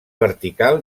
vertical